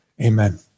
Amen